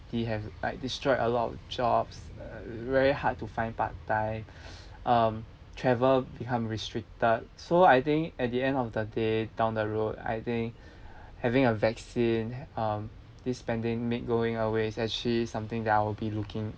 have like destroyed a lot of jobs very hard to find part time um travel become restricted so I think at the end of the day down the road I think having a vaccine um this pandemic going away is actually something that I will be looking